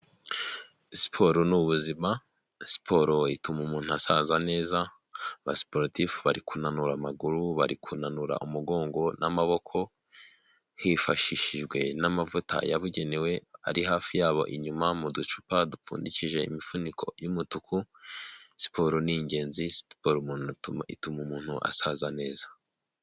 Siporo ni ubuzima, siporo ituma umuntu asaza neza, abasiporatifu bari kunanura amaguru, bari kunanura umugongo n'amaboko, hifashishijwe n'amavuta yabugenewe ari hafi ya bo inyuma mu ducupa dupfundikije imifuniko y'umutuku, siporo ni ingenzi, siporo umuntu ituma ituma umuntu asaza neza.